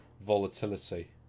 volatility